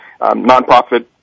nonprofit